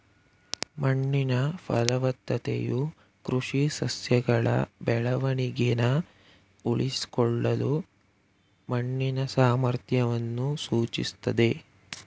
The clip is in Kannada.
ಮಣ್ಣಿನ ಫಲವತ್ತತೆಯು ಕೃಷಿ ಸಸ್ಯಗಳ ಬೆಳವಣಿಗೆನ ಉಳಿಸ್ಕೊಳ್ಳಲು ಮಣ್ಣಿನ ಸಾಮರ್ಥ್ಯವನ್ನು ಸೂಚಿಸ್ತದೆ